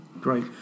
Great